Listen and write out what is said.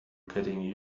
getting